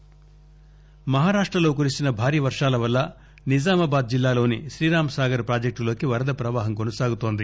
వరద ప్రవాహం మహారాష్టలో కురిసిన భారీ వర్షాల వల్ల నిజామాబాద్ జిల్లాలోని శ్రీరాం సాగర్ ప్రాజెక్షులోకి వరద ప్రవాహం కొనసాగుతోంది